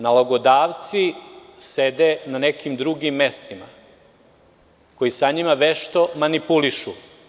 Nalogodavci sede na nekim drugim mestima, koji njima vešto manipulišu.